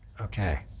Okay